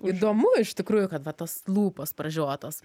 įdomu iš tikrųjų kad va tos lūpos pražiotos